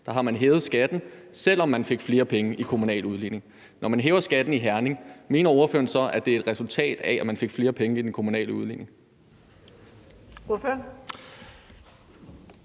der har man hævet skatten, selv om man fik flere penge i kommunal udligning. Når man hæver skatten i Herning Kommune, mener ordføreren så at det er et resultat af, at man fik flere penge i den kommunale udligning?